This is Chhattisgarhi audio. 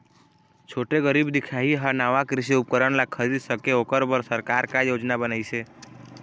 छोटे गरीब दिखाही हा नावा कृषि उपकरण ला खरीद सके ओकर बर सरकार का योजना बनाइसे?